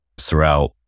throughout